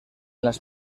las